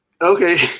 Okay